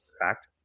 Fact